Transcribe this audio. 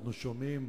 אנחנו שומעים